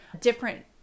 different